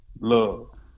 love